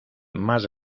más